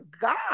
God